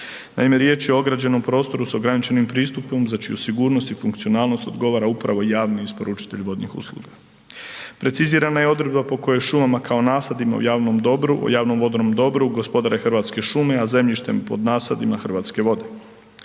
Naime, riječ je o ograđenom prostoru s ograničenim pristupom za čiju sigurnost i funkcionalnost odgovara upravo javni isporučitelj vodnih usluga. Precizirana je odredba po kojoj šumama kao nasadima u javnom dobru, u javnom vodenom dobru, gospodare Hrvatske šume, a zemljištem pod nasadima Hrvatske vode.